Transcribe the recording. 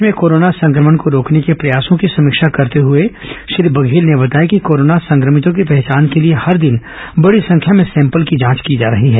प्रदेश में कोरोना संक्रमण को रोकने के प्रयासों की समीक्षा करते हुए श्री बघेल ने बताया कि कोरोना संक्रमितों की पहचान के लिए हर दिन बड़ी संख्या में सेम्पलों की जांच की जा रही है